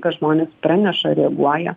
kad žmonės praneša reaguoja